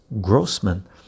Grossman